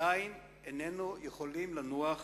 עדיין איננו יכולים לנוח